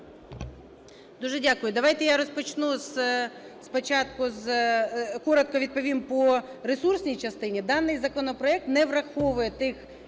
Дуже дякую. Давайте я розпочну спочатку з… коротко відповім по ресурсній частині. Даний законопроект не враховує тих